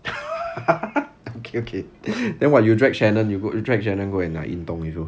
okay okay then what you drag shannon you go you drag shannon go and 运动 with you